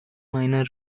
minor